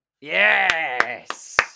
Yes